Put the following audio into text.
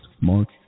Mark